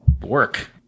work